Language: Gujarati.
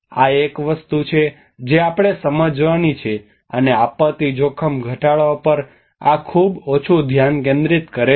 આ એક વસ્તુ છે જે આપણે સમજવાની છે અને આપત્તિ જોખમ ઘટાડવા પર આ ખૂબ ઓછું ધ્યાન કેન્દ્રિત કરે છે